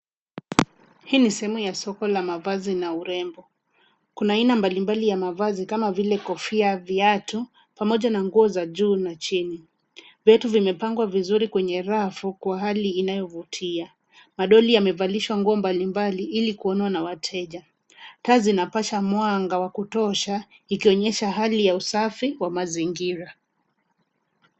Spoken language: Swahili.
Hi ni sehemu ya soko na mavazi na urembo. Kuna aina mbalimbali ya mavazi kama vile kofia, viatu, pamoja na nguo za juu na chini. Viatu vime pangwa vizuri kwenye rafu kwa hali inayovutia. Madoli yamevalishwa nguo mbalimbali ili kuonwa na wateja. Taa zinapasha mwanga wa kutosha ikionyesha hali ya usafi wa mazingira.